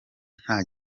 nta